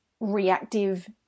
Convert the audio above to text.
reactive